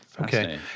okay